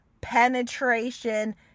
penetration